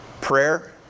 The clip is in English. Prayer